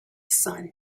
sun